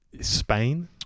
Spain